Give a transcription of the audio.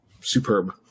superb